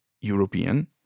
European